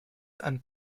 and